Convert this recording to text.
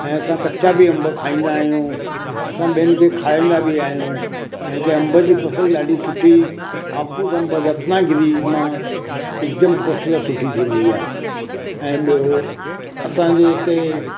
ऐं असां कच्चा बि अंब खाईंदा आहियूं असां ॿियनि खे खाराईंदा बि आहियूं ऐं हिते अंब जी फ़सुलु ॾाढी सुठी हापुस अंब रत्नागिरी मां हिकदमि फ़सुलु सुठी थींदी आहे ऐं ॿियों असांजे हिते